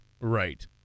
Right